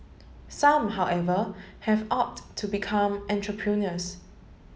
some however have opt to become entrepreneurs